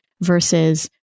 versus